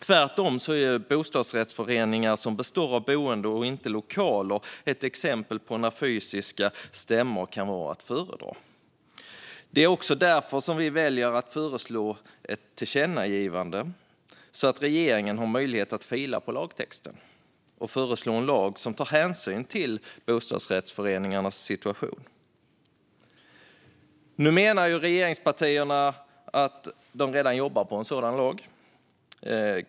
Tvärtom är bostadsrättsföreningar, som består av boende och inte lokaler, ett exempel på när fysiska stämmor kan vara att föredra. Det är också därför som vi väljer att föreslå ett tillkännagivande, så att regeringen har möjlighet att fila på lagtexten och föreslå en lag som tar hänsyn till bostadsrättsföreningarnas situation. Nu menar regeringspartierna att de redan jobbar på en sådan lag.